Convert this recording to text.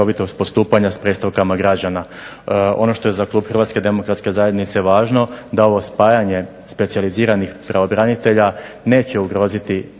Hrvatske demokratske zajednice